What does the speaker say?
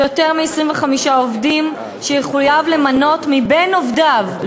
יותר מ-25 עובדים למנות מבין עובדיו,